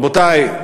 רבותי,